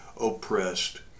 oppressed